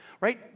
right